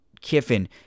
Kiffin